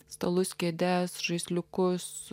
stalus kėdes žaisliukus